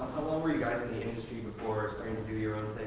were you guys in the industry before starting to do your own